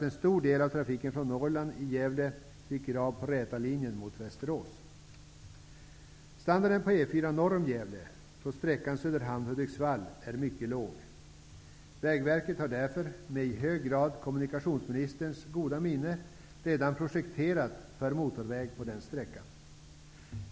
En stor del av trafiken från Norrland viker nämligen av i Gävle, på den s.k. Räta linjen mot Västerås. Söderhamn--Hudiksvall mycket låg. Vägverket har därför, i hög grad med kommunikationsministerns goda minne, redan projekterat för motorväg på den sträckan.